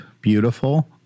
beautiful